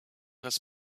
das